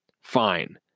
fine